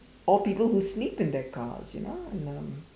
or people who sleep in their cars you know and um